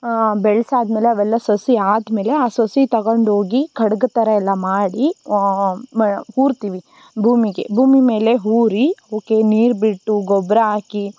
ಬೆಳ್ಸಾದ್ಮೇಲೆ ಅವೆಲ್ಲ ಸಸಿ ಆದ್ಮೇಲೆ ಆ ಸಸಿ ತಗಂಡ್ಹೋಗಿ ಖಡ್ಗದ್ ಥರ ಎಲ್ಲ ಮಾಡಿ ಊರ್ತೀವಿ ಭೂಮಿಗೆ ಭೂಮಿ ಮೇಲೆ ಊರಿ ಅವಕ್ಕೆ ನೀರು ಬಿಟ್ಟು ಗೊಬ್ಬರ ಹಾಕಿ